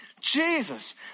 Jesus